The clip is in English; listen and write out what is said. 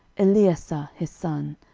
eleasah his son,